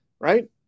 Right